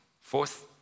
Fourth